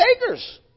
takers